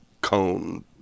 cone